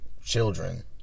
children